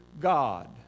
God